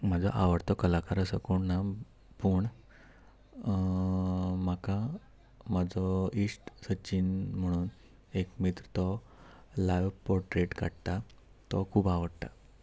म्हजो आवडतो कलाकार असो कोण ना पूण म्हाका म्हजो इश्ट सचीन म्हणून एक मित्र तो लायव पोर्ट्रेट काडटा तो खूब आवडटा